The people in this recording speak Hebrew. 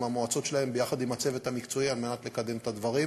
המועצות שלהם ביחד עם הצוות המקצועי על מנת לקדם את הדברים.